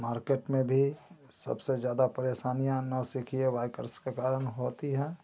market में भी सबसे ज़्यादा परेशानियाँ नौसिखिए वाइकर्स के कारण होती हैं